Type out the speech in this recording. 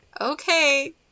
Okay